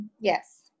Yes